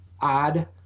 odd